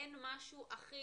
אין משהו אחיד.